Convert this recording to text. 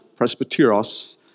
Presbyteros